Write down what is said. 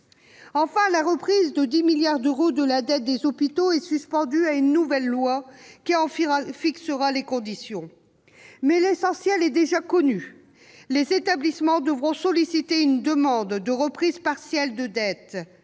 à la reprise de 10 milliards d'euros de la dette des hôpitaux, elle est suspendue à une nouvelle loi qui en fixera les conditions. Mais l'essentiel est déjà connu : les établissements devront solliciter une demande de reprise partielle de dettes,